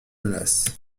menace